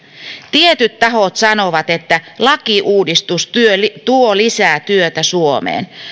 tietyt tahot sanovat että lakiuudistus tuo lisää työtä suomeen